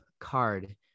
card